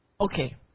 Okay